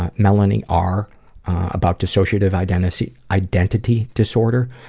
ah melanie r about dissociative identity identity disorder,